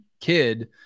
kid